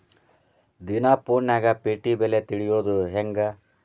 ದಿನಾ ಫೋನ್ಯಾಗ್ ಪೇಟೆ ಬೆಲೆ ತಿಳಿಯೋದ್ ಹೆಂಗ್?